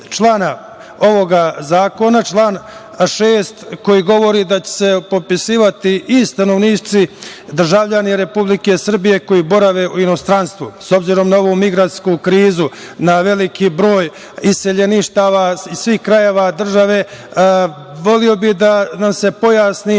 člana ovog zakona, član 6. koji govori da će popisivati i stanovnici, državljani Republike Srbije koji borave u inostranstvu, obzirom na ovu migrantsku krizu, na veliki broj iseljeništva iz svih krajeva države. Voleo bih da nam se pojasni